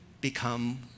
become